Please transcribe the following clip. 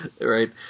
Right